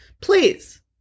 Please